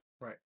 Right